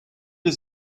his